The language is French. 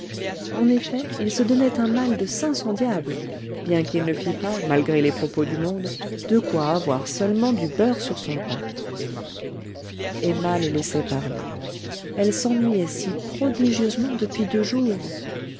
en effet il se donnait un mal de cinq cents diables bien qu'il ne fît pas malgré les propos du monde de quoi avoir seulement du beurre sur son pain emma le laissait parler elle s'ennuyait si prodigieusement depuis deux jours